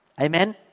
Amen